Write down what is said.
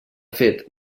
fet